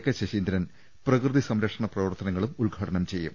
K Saseendran പ്രകൃതി സംരക്ഷണ പ്രവർത്തനങ്ങളും ഉദ്ഘാടനം ചെയ്യും